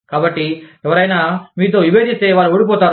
కాబట్టి ఎవరైనా మీతో విభేదిస్తే వారు ఓడిపోతారు